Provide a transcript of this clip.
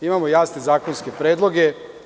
Imamo jasne zakonske predloge.